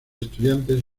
estudiantes